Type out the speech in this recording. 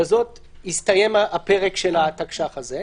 בזאת יסתיים הפרק של התקש"ח הזה.